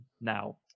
now